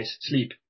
sleep